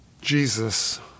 Jesus